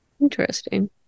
Interesting